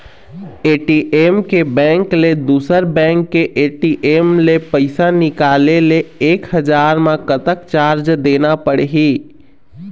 ATM के bank ले दुसर बैंक के ए.टी.एम ले पैसा निकाले ले एक हजार मा कतक चार्ज देना पड़ही?